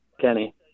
Kenny